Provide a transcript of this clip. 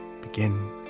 begin